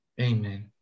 Amen